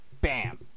bam